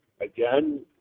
again